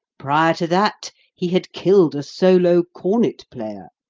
prior to that he had killed a solo cornet-player.